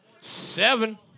Seven